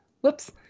Whoops